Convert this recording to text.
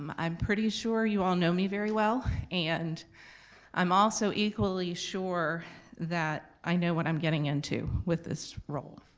um i'm pretty sure you all know me very well, and i'm also equally sure that i know what i'm getting into with this role.